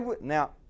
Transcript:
Now